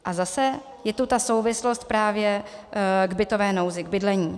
A zase je tu ta souvislost právě k bytové nouzi, k bydlení.